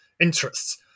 interests